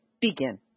begin